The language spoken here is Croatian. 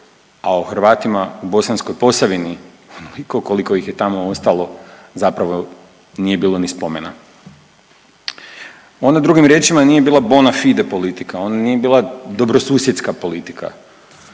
a o Hrvatima u Bosanskoj Posavini onoliko koliko ih je tamo ostalo zapravo nije bilo ni spomena. Ona drugim riječima nije bila bona fide politike, ona nije bila dobrosusjedska politika,